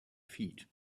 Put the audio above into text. feet